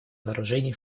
вооружений